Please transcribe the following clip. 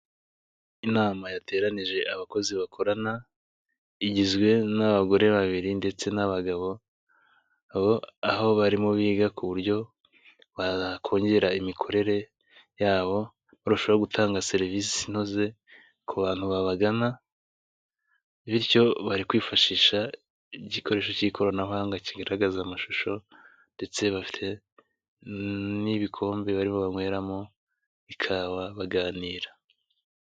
Inama yateranije abakozi bakorana; igizwe n'abagore babiri ndetse n'abagabo. Aho barimo biga ku buryo bakongera imikorere yabo barushaho gutanga serivisi inoze ku bantu babagana. Bityo bari kwifashisha igikoresho cy'ikoranabuhanga kigaragaza amashusho, ndetse n'ibikombe bariho banyweramo ikawa baganira.